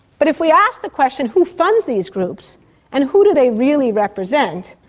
but if we ask the question who funds these groups and who do they really represent,